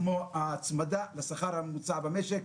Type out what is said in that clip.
כמו ההצמדה לשכר הממוצע במשק,